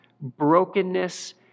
brokenness